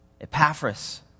Epaphras